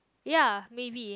ya maybe